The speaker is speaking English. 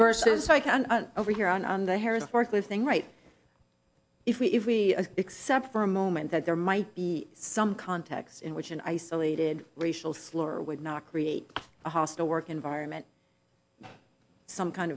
versus over here on the harris worthless thing right if we if we accept for a moment that there might be some contexts in which an isolated racial slur would not create a hostile work environment some kind